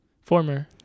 Former